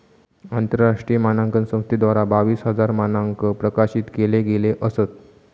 आंतरराष्ट्रीय मानांकन संस्थेद्वारा बावीस हजार मानंक प्रकाशित केले गेले असत